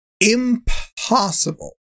impossible